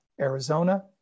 Arizona